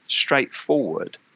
straightforward